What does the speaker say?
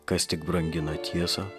kas tik brangina tiesą